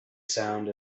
sound